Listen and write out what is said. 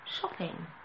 shopping